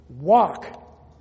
walk